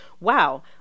wow